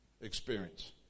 experience